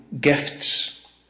gifts